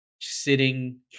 sitting –